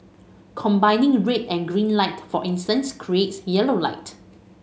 combining red and green light for instance creates yellow light